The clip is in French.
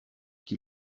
qui